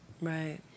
right